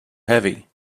heavy